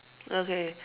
okay